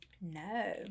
No